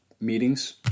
meetings